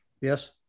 Yes